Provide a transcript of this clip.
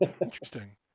interesting